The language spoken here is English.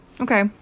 Okay